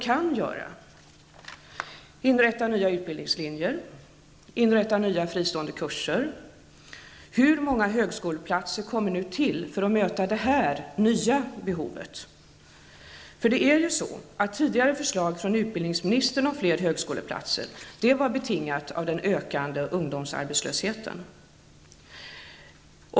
Kan de inrätta nya utbildningslinjer eller nya fristående kurser? Hur många högskoleplatser kommer till för att möta det nya behovet? Tidigare förslag från utbildningsministern om fler högskoleplatser var betingade av den ökande ungdomsarbetslösheten.